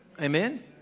Amen